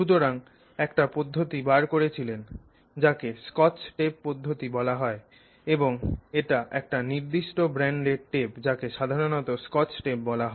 সুতরাং তারা একটা পদ্ধতি বার করেছিলেন যাকে স্কচ টেপ পদ্ধতি বলা হয় এবং এটা একটা নির্দিষ্ট ব্র্যান্ড এর টেপ যাকে সাধারণত স্কচ টেপ বলা হয়